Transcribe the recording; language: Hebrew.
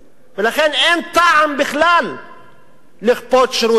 ולכן אין טעם בכלל לכפות שירות אזרחי.